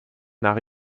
nach